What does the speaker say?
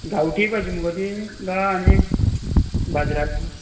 गांवठी भाजी मगो ती गाय आनी बाजाराक